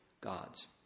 gods